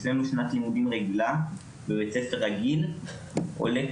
אצלנו שנת לימודים רגילה בבית ספר רגיל עולה